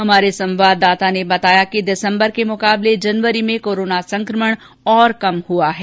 हमारे संवाददाता ने बताया कि दिसम्बर माह के मुकाबले जनवरी में कोरोना संक्रमण और कम हुआ है